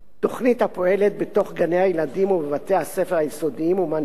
תוכנית הפועלת בתוך גני-הילדים ובתי-הספר היסודיים ומעניקה